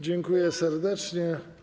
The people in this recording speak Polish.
Dziękuję serdecznie.